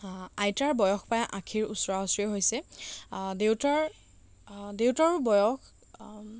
আইতাৰ বয়স প্ৰায় আশীৰ ওচৰাউচৰি হৈছে দেউতাৰ দেউতাৰো বয়স